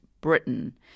Britain